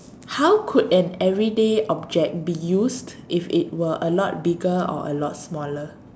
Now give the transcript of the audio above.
how could an everyday object be used if it were a lot bigger or a lot smaller